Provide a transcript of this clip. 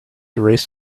erased